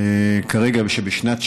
שכרגע הוא בשנת שירות,